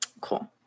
cool